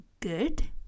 good